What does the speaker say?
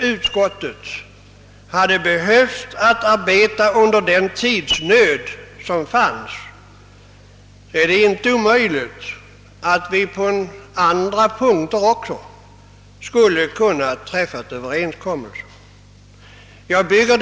utskottet inte hade behövt arbeta under tidsnöd, vi även på andra punkter skulle ha kunnat träffa överenskommelser.